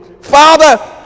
Father